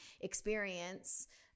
experience